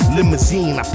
Limousine